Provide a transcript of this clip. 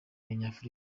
nyafurika